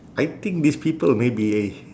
I think these people may be a